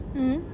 mm